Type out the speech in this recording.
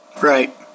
right